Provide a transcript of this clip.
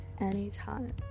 anytime